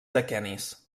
aquenis